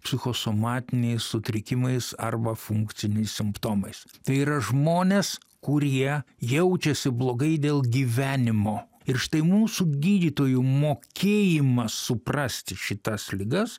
psichosomatiniais sutrikimais arba funkciniais simptomais tai yra žmonės kurie jaučiasi blogai dėl gyvenimo ir štai mūsų gydytojų mokėjimas suprasti šitas ligas